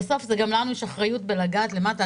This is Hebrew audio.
בסוף גם לנו יש אחריות לגעת למטה.